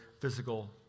physical